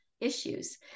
issues